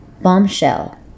Bombshell